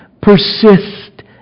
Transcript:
persist